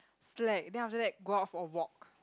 slack then after that go out for a walk